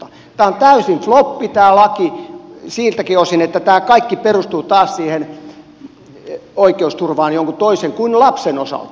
tämä laki on täysin floppi siltäkin osin että tämä kaikki perustuu taas siihen oikeusturvaan jonkun toisen kuin lapsen osalta